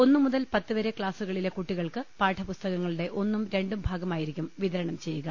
ഒന്നുമുതൽ പത്തുവരെ ക്ലാസുകളിലെ കുട്ടികൾക്ക് പാഠപുസ്തകങ്ങളുടെ ഒന്നും രണ്ടും ഭാഗമായിരിക്കും വിതരണം ചെയ്യുക